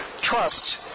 trust